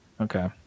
Okay